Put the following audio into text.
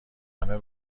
همه